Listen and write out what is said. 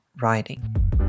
writing